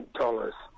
dollars